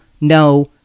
no